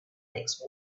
next